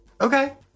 Okay